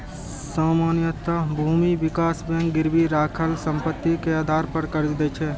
सामान्यतः भूमि विकास बैंक गिरवी राखल संपत्ति के आधार पर कर्ज दै छै